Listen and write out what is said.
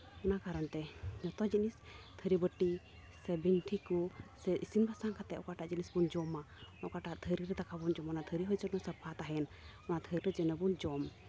ᱚᱱᱟ ᱠᱟᱨᱚᱱᱛᱮ ᱡᱷᱚᱛᱚ ᱡᱤᱱᱤᱥ ᱛᱷᱟᱹᱨᱤᱵᱟᱹᱴᱤ ᱥᱮ ᱵᱤᱱᱴᱷᱤ ᱠᱚ ᱥᱮ ᱤᱥᱤᱱ ᱵᱟᱥᱟᱝ ᱠᱟᱛᱮᱫ ᱚᱠᱟᱴᱟᱜ ᱡᱤᱱᱤᱥ ᱵᱚᱱ ᱡᱚᱢᱟ ᱚᱠᱟᱴᱟᱜ ᱛᱷᱟᱹᱨᱤ ᱨᱮ ᱫᱟᱠᱟ ᱵᱚᱱ ᱡᱚᱢᱟ ᱚᱱᱟ ᱛᱷᱟᱹᱨᱤ ᱦᱚᱸ ᱡᱮᱱᱚ ᱥᱟᱯᱷᱟ ᱛᱟᱦᱮᱱ ᱚᱱᱟ ᱛᱷᱟᱹᱨᱤ ᱨᱮ ᱡᱮᱱᱚ ᱵᱚᱱ ᱡᱚᱢ